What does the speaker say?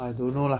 I don't know lah